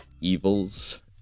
evils